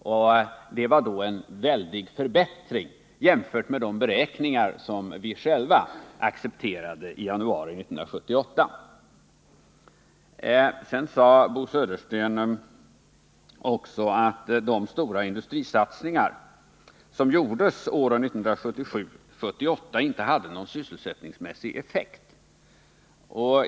Och det var en mycket stor förbättring jämfört med de beräkningar som vi själva accepterade i januari 1978. Sedan sade Bo Södersten också att de stora industrisatsningar som gjordes åren 1977-1978 inte hade någon sysselsättningsmässig effekt.